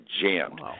jammed